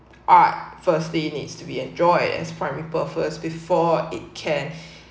uh firstly needs to be enjoyed as primary purpose before it can